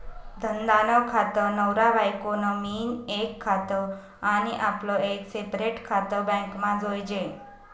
धंदा नं खातं, नवरा बायको नं मियीन एक खातं आनी आपलं एक सेपरेट खातं बॅकमा जोयजे